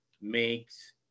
makes